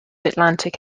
atlantic